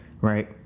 right